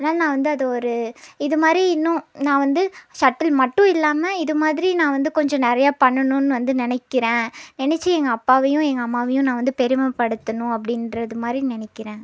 இருந்தாலும் நான் வந்து அது ஒரு இதுமாதிரி இன்னும் நான் வந்து செட்டில் மட்டும் இல்லாமல் இதுமாதிரி நான் வந்து கொஞ்சம் நிறையா பண்ணணுன்னு வந்து நினைக்கிறேன் நெனைச்சி எங்கள் அப்பாவையும் எங்கள் அம்மாவையும் நான் வந்து பெருமைப்படுத்தணும் அப்படின்றது மாதிரி நினைக்கிறேன்